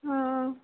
ஆ ஆ